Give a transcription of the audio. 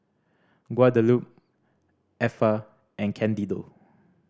Guadalupe Effa and Candido